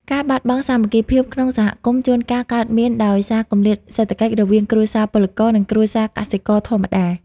ការបាត់បង់សាមគ្គីភាពក្នុងសហគមន៍ជួនកាលកើតមាន ដោយសារគម្លាតសេដ្ឋកិច្ចរវាងគ្រួសារពលករ និងគ្រួសារកសិករធម្មតា។